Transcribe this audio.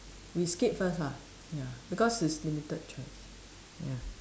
we skip first ah ya because it's limited choice ya